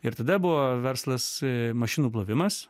ir tada buvo verslas mašinų plovimas